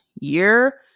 year